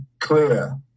clear